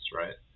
right